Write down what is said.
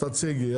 תציגי.